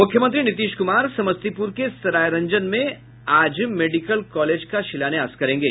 मुख्यमंत्री नीतीश कुमार समस्तीपुर के सरायरंजन में मेडिकल कॉलेज का आज शिलान्यास करेंगे